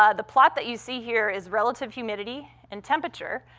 ah the plot that you see here is relative humidity and temperature,